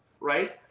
right